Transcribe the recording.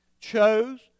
chose